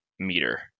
Meter